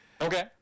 Okay